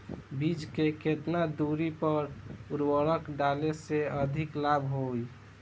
बीज के केतना दूरी पर उर्वरक डाले से अधिक लाभ होई?